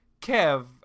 Kev